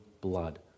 blood